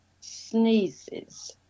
sneezes